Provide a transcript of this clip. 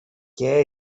che